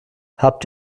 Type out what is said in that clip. habt